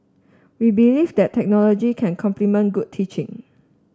we believe that technology can complement good teaching